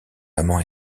amant